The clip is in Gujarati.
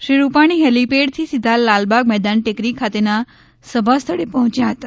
શ્રી રૂપાણી હેલિપેડથી સીધા લાલબાગ મેદાન ટેકરી ખાતેના સભા સ્થળે પહોચ્યા હતા